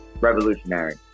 Revolutionary